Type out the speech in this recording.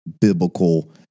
biblical